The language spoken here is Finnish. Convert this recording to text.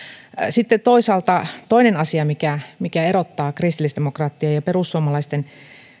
sitten toisaalta toinen asia mikä erottaa kristillisdemokraattien ja perussuomalaisten